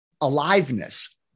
aliveness